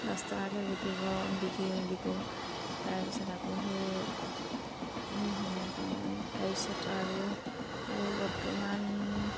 দহটকাকৈ বিকিব বিকি বিকো তাৰপিছত আকৌ সেই সেই সেনেকুৱা মানে তাৰপিছত আৰু আৰু বৰ্তমান